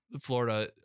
Florida